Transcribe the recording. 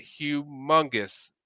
humongous